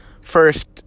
first